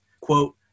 quote